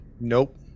Nope